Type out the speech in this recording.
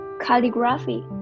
calligraphy